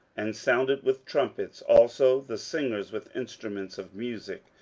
and sounded with trumpets, also the singers with instruments of musick,